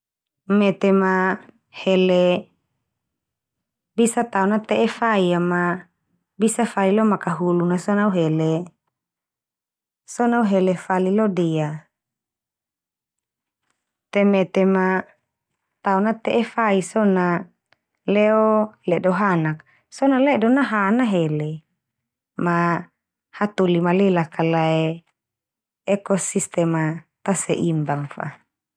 Mete ma hele bisa tao nate'e fai a ma bisa fali lo makahulun na so na au hele, so na au hele fali lo dea. Te mete ma tao nate'e fai a so na leo ledo hanak, so na ledo naha nahele. Ma hatoli malelak ka lae, ekosistem a ta seimbang fa.